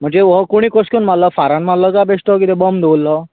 म्हणजे हो कोणी कशें करून मारल्ला फारान मारलो काय बेश्टो किदें बाँब दवरलो